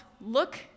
look